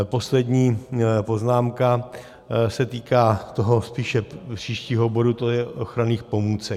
Poslední poznámka se týká toho spíše příštího bodu, to je ochranných pomůcek.